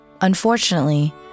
Unfortunately